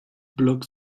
blocs